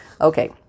Okay